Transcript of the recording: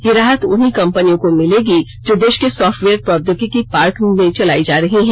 यह राहत उन्हीं कम्पनियों को मिलेगी जो देश के सॉफ्टवेयर प्रौद्योगिकी पार्क में चलाई जा रही हैं